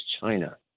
China